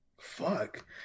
Fuck